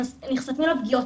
נחשפים לפגיעות,